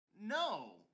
No